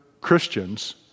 Christians